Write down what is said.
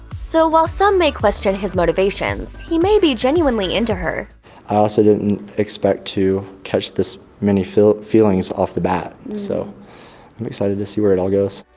so while some may question his motivations, he may be genuinely into her. i also didn't expect to catch this many feelings off the bat, so i'm excited to see where it all goes.